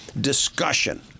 discussion